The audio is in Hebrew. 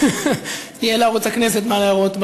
יהיה לערוץ הכנסת מה להראות.